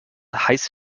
heiß